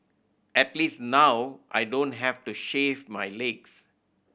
at least now I don't have to shave my legs